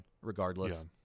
regardless